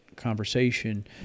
Conversation